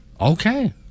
Okay